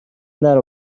درو